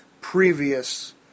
previous